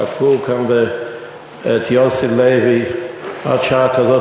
תקעו כאן את יוסי לוי עד שעה כזאת.